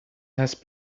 had